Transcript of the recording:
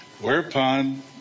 Whereupon